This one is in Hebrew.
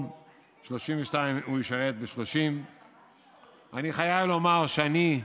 32 הוא ישרת 30. אני חייב לומר שאני,